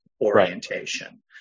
orientation